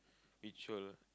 which will